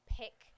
pick